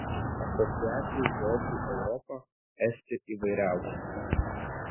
asociacijų žodžiui europa esti įvairiausių